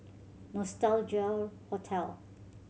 Nostalgia Hotel